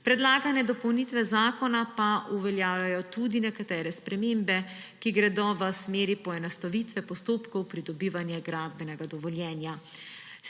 Predlagane dopolnitve zakona pa uveljavljajo tudi nekatere spremembe, ki gredo v smeri poenostavitve postopkov pridobivanja gradbenega dovoljenja.